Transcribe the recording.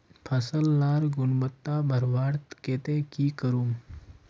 फसल लार गुणवत्ता बढ़वार केते की करूम?